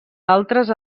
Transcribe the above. altres